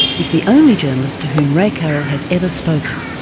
is the only journalist to whom ray carroll has ever spoken.